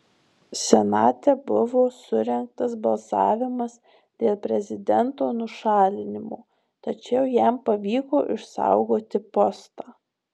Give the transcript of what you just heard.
senate buvo surengtas balsavimas dėl prezidento nušalinimo tačiau jam pavyko išsaugoti postą